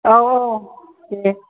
औ औ दे